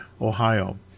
Ohio